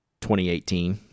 2018